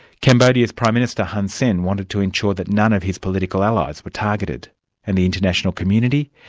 cambodia's prime minister, hun sen, wanted to ensure that none of his political allies were targeted and the international community,